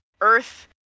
Earth